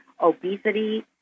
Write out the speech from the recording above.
obesity